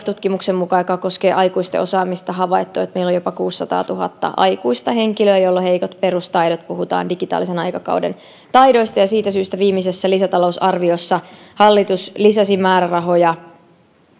tutkimuksessa joka koskee aikuisten osaamista on havaittu että meillä on jopa kuusisataatuhatta aikuista henkilöä joilla on heikot perustaidot puhutaan digitaalisen aikakauden taidoista ja siitä syystä viimeisessä lisätalousarviossa hallitus lisäsi määrärahoja